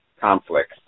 conflicts